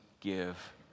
give